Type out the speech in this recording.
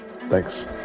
Thanks